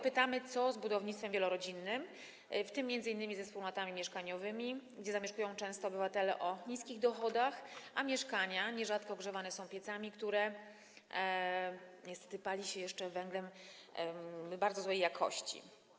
Pytamy, co z budownictwem wielorodzinnym, w tym m.in. ze wspólnotami mieszkaniowymi, gdzie zamieszkują często obywatele o niskich dochodach, a mieszkania nierzadko ogrzewane są piecami, w których niestety pali się jeszcze węglem bardzo złej jakości.